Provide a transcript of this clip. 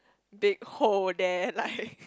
big hole there like